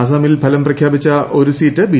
അസമിൽ ഫലം പ്രഖ്യാപിച്ച ഒരു സീറ്റ് ബി